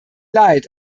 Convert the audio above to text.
leid